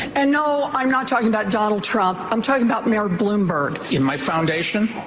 and no, i'm not talking about donald trump, i'm talking about mayor bloomberg. in my foundation,